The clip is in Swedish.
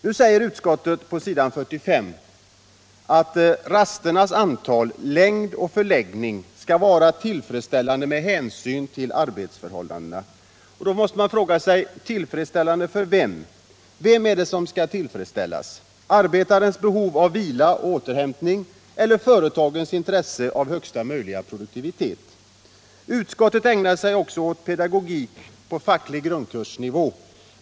Nu säger utskottet på s. 45 att rasternas antal, längd och förläggning skall vara tillfredsställande med hänsyn till arbetsförhållandena. Då måste man fråga sig: Tillfredsställande för vem? Vad är det som skall tillfredsställas — arbetarnas behov av vila och återhämtning eller företagens intresse av högsta möjliga produktivitet? Utskottet ägnar sig också åt pedagogik på facklig grundkursnivå.